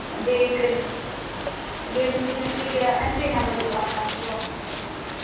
بیٚیہِ کٔرۍ بیٚیہِ ؤنۍتو مےٚ تُہۍ یہِ اٮ۪م پیٚے نَمبَر یُس آسان چھُ